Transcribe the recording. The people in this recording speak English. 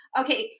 okay